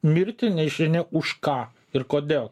mirti nežinia už ką ir kodėl